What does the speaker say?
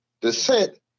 descent